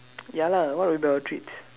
ya lah what will be our treats